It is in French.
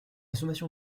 sommation